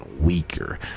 weaker